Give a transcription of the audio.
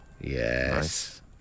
Yes